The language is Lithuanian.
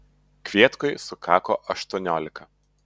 kvietkui sukako aštuoniolika